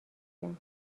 بگم